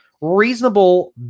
reasonable